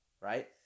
right